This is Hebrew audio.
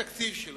לתקציב שלו.